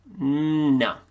No